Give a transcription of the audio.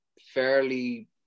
fairly